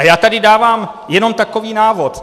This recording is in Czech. Já tady dávám jenom takový návod.